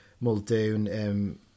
Muldoon